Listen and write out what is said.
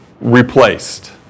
replaced